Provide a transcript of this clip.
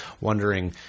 wondering